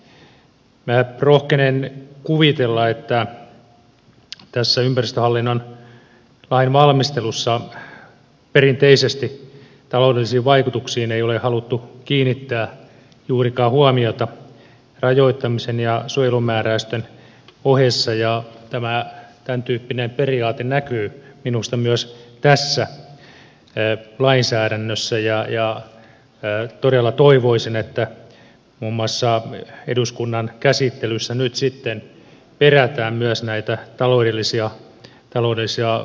minä rohkenen kuvitella että tässä ympäristöhallinnon lainvalmistelussa perinteisesti taloudellisiin vaikutuksiin ei ole haluttu kiinnittää juurikaan huomiota rajoittamisen ja suojelumää räysten ohessa ja tämä tämäntyyppinen periaate näkyy minusta myös tässä lainsäädännössä ja todella toivoisin että muun muassa eduskunnan käsittelyssä nyt sitten perätään myös näitä taloudellisia vaikutuksia